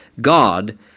God